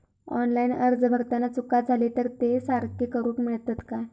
Online अर्ज भरताना चुका जाले तर ते सारके करुक मेळतत काय?